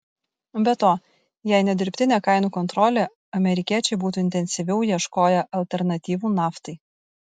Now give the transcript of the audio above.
be to jei ne dirbtinė kainų kontrolė amerikiečiai būtų intensyviau ieškoję alternatyvų naftai